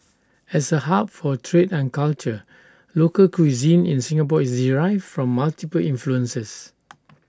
as A hub for trade and culture local cuisine in Singapore is derived from multiple influences